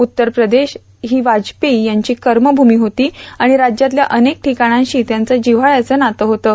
उत्तर प्रदेश ही वाजपेयी यांची कर्मभूमी होती आणि राज्यातल्या अनेक ठिकाणांशी त्यांचं जिव्हाळाचं नातं होतं